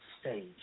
stage